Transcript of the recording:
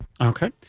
Okay